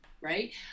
right